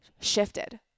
shifted